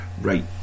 right